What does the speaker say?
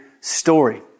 story